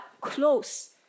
close